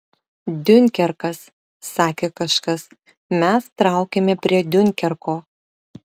diunkerkas sakė kažkas mes traukiame prie diunkerko